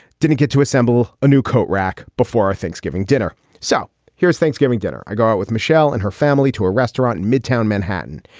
didn't get to assemble a new coat rack before our thanksgiving dinner. so here's thanksgiving dinner. i go out with michelle and her family to a restaurant in midtown manhattan.